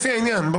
לפי העניין".